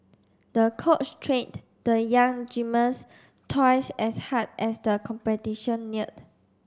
the coach trained the young gymnast twice as hard as the competition neared